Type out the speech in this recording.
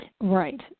Right